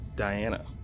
Diana